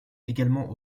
également